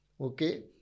okay